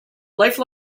life